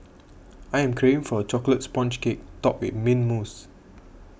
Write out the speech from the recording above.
I am craving for a Chocolate Sponge Cake Topped with Mint Mousse